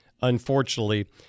unfortunately